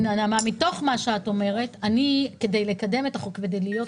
מתוך מה שאת אומרת, כדי לקדם את החוק וכדי להיות,